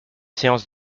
séance